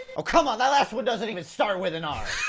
oh come on, that last one doesn't even start with an r!